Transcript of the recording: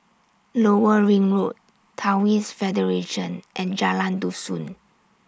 Lower Ring Road Taoist Federation and Jalan Dusun